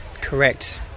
Correct